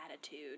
attitude